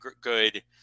good